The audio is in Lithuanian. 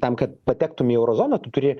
tam kad patektum į euro zoną tu turi